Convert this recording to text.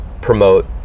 promote